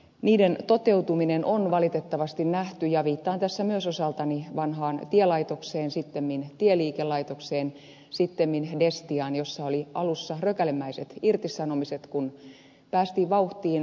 niiden toteutuminen on valitettavasti nähty ja viittaan tässä myös osaltani vanhaan tielaitokseen sittemmin tieliikelaitokseen sittemmin destiaan jossa oli alussa rökälemäiset irtisanomiset kun päästiin vauhtiin turva ajan jälkeen